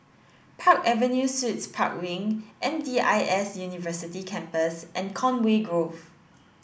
Park Avenue Suites Park Wing M D I S University Campus and Conway Grove